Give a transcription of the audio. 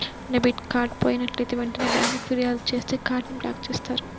debit card పోయినట్లైతే వెంటనే బ్యేంకుకి ఫిర్యాదు చేత్తే కార్డ్ ని బ్లాక్ చేత్తారు